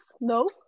no